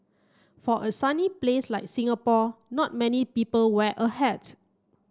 for a sunny place like Singapore not many people wear a hat